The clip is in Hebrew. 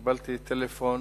קיבלתי טלפון